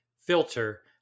filter